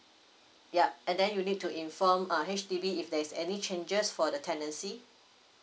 yup and then you need to inform err H_D_B if there is any changes for the tenancy